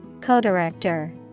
Co-director